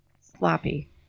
sloppy